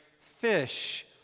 fish